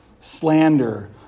slander